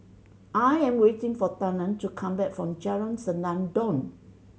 I am waiting for Talen to come back from Jalan Senandong